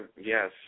Yes